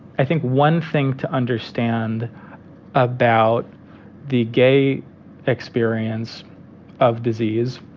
i think one thing to understand about the gay experience of disease